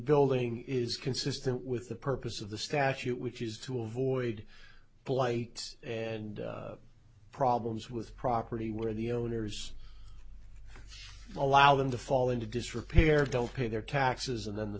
building is consistent with the purpose of the statute which is to avoid blight and problems with property where the owners allow them to fall into disrepair don't pay their taxes and then the